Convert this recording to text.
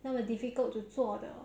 那么 difficult to 做的